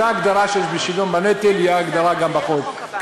אותה הגדרה שיש בשוויון בנטל תהיה ההגדרה גם בחוק,